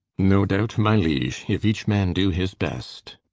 no doubt my liege, if each man do his best